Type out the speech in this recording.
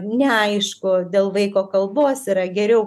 neaišku dėl vaiko kalbos yra geriau